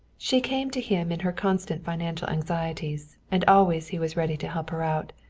she came to him in her constant financial anxieties, and always he was ready to help her out.